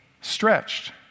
stretched